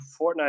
Fortnite